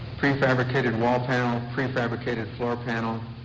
prefabricated wall panel, prefabricated floor panel,